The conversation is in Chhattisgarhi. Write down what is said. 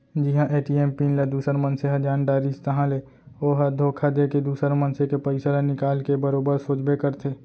जिहां ए.टी.एम पिन ल दूसर मनसे ह जान डारिस ताहाँले ओ ह धोखा देके दुसर मनसे के पइसा ल निकाल के बरोबर सोचबे करथे